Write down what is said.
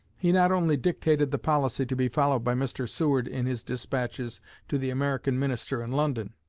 he not only dictated the policy to be followed by mr. seward in his despatches to the american minister in london,